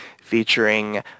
featuring